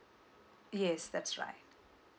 yes that's right